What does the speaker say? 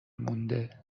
مونده